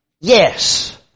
yes